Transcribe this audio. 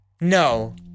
No